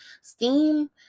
Steam